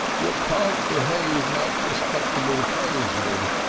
you can't behave like respectable tradesmen.